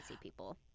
people